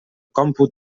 còmput